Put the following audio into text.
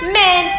men